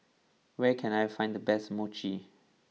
where can I find the best Mochi